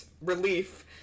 relief